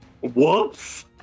Whoops